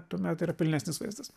tuomet yra pilnesnis vaizdas